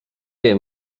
wie